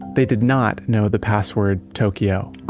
they did not know the password, tokyo